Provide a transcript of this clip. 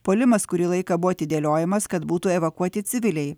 puolimas kurį laiką buvo atidėliojamas kad būtų evakuoti civiliai